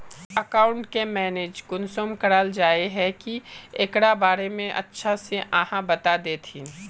Account के manage कुंसम कराल जाय है की एकरा बारे में अच्छा से आहाँ बता देतहिन?